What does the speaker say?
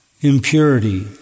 impurity